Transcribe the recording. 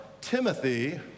Timothy